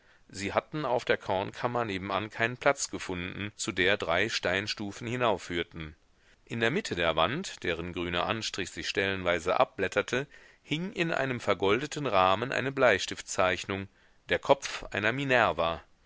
sie hatten auf der kornkammer nebenan keinen platz gefunden zu der drei steinstufen hinaufführten in der mitte der wand deren grüner anstrich sich stellenweise abblätterte hing in einem vergoldeten rahmen eine bleistiftzeichnung der kopf einer minerva